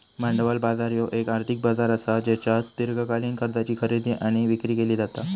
भांडवल बाजार ह्यो येक आर्थिक बाजार असा ज्येच्यात दीर्घकालीन कर्जाची खरेदी आणि विक्री केली जाता